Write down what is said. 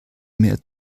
mehr